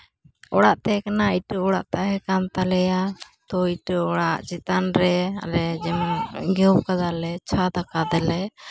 ᱚᱲᱟᱜ ᱛᱟᱦᱮᱸ ᱠᱟᱱᱟ ᱤᱴᱟᱹ ᱚᱲᱟᱜ ᱛᱟᱦᱮᱸ ᱠᱟᱱ ᱛᱟᱞᱮᱭᱟ ᱛᱳ ᱤᱴᱟᱹ ᱚᱲᱟᱜ ᱪᱮᱛᱟᱱ ᱨᱮ ᱟᱞᱮ ᱡᱮᱢᱚᱱ ᱤᱭᱟᱹᱣ ᱠᱟᱫᱟᱞᱮ ᱪᱷᱟᱫᱽ ᱠᱟᱫᱟᱞᱮ